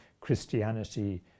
Christianity